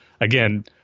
again